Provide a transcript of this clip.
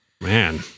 Man